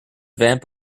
vamp